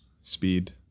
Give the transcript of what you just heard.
Speed